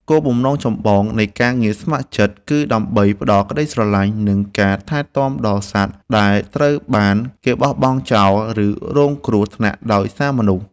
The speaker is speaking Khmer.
គោលបំណងចម្បងនៃការងារស្ម័គ្រចិត្តគឺដើម្បីផ្ដល់ក្ដីស្រឡាញ់ និងការថែទាំដល់សត្វដែលត្រូវបានគេបោះបង់ចោល ឬរងគ្រោះថ្នាក់ដោយសារមនុស្ស។